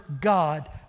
God